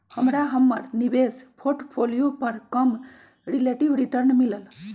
हमरा हमर निवेश पोर्टफोलियो पर कम रिलेटिव रिटर्न मिलल